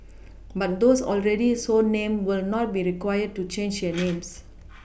but those already so named will not be required to change their names